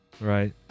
right